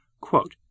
Quote